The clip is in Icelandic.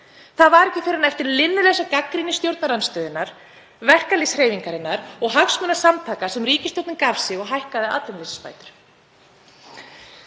Það var ekki fyrr en eftir linnulausa gagnrýni stjórnarandstöðunnar, verkalýðshreyfingarinnar og hagsmunasamtaka sem ríkisstjórnin gaf sig og hækkaði atvinnuleysisbætur.